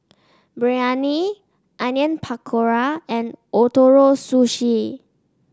Biryani Onion Pakora and Ootoro Sushi